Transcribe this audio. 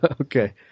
Okay